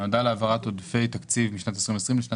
נועדה להעברת עודפי תקציב משנת 2020 לשנת